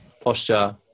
posture